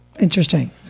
Interesting